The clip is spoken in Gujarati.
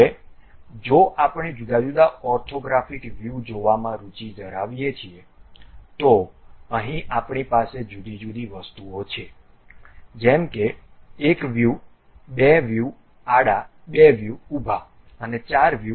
હવે જો આપણે જુદા જુદા ઓર્થોગ્રાફિક વ્યૂ જોવામાં રુચિ ધરાવીએ છીએ તો અહીં આપણી પાસે જુદી જુદી વસ્તુઓ છે જેમ કે એક વ્યૂ બે વ્યૂ આડા બે વ્યૂ ઊભા અને ચાર વ્યૂ